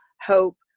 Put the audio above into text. hope